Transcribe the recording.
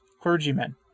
clergymen